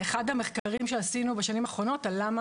אחד המחקרים שעשינו בשנים האחרונות על למה